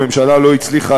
הממשלה לא הצליחה,